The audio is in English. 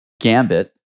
gambit